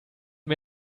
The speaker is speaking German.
wir